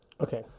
okay